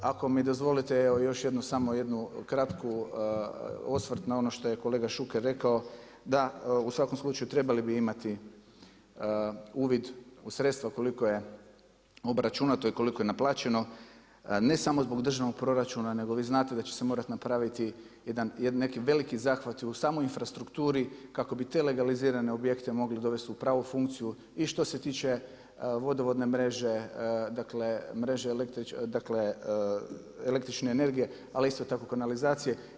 Ako mi dozvolite evo još samo jedan kratki osvrt na ono što je kolega Šuker rekao da u svakom slučaju trebali bi imati uvid u sredstva koliko je obračunato i koliko je naplaćeno ne samo zbog državnog proračuna, nego vi znate da će se morati napraviti neki veliki zahvati u samoj infrastrukturi kako bi te legalizirane objekte mogli dovesti u pravu funkciju i što se tiče vodovodne mreže, dakle električne energije ali isto tako i kanalizacije.